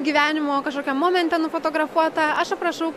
gyvenimo kažkokiam momente nufotografuota aš aprašau